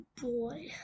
boy